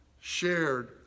shared